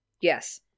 Yes